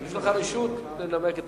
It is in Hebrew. יש לך רשות לנמק את